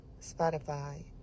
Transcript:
Spotify